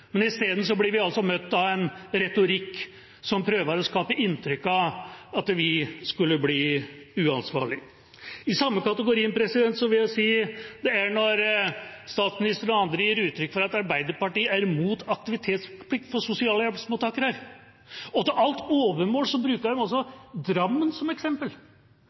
men isteden blir vi altså møtt av en retorikk som prøver å skape inntrykk av at vi skulle bli uansvarlig. I samme kategorien vil jeg si det er når statsministeren og andre gir uttrykk for at Arbeiderpartiet er mot aktivitetsplikt for sosialhjelpsmottakere. Til alt overmål bruker de Drammen som eksempel.